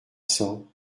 cents